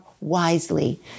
wisely